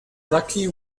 lucky